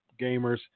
gamers